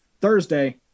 Thursday